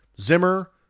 Zimmer